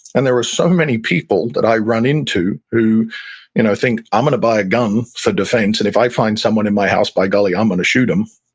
and there were so many people that i run into who you know think, i'm going to buy a gun for defense, and if i find someone in my house, by golly, i'm going to shoot them.